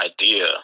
idea